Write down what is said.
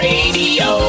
Radio